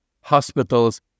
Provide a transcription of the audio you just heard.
hospitals